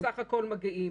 שקיימות או שאינן קיימות.